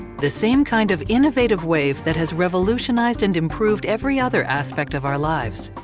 the same kind of innovative wave that has revolutionized and improved every other aspect of our lives.